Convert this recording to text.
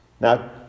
Now